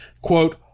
Quote